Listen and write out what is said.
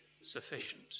sufficient